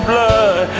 Blood